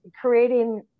creating